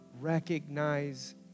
recognize